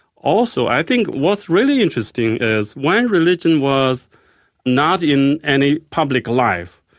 also, i think what's really interesting is when religion was not in any public life,